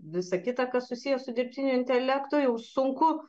visa kita kas susiję su dirbtiniu intelektu jau sunku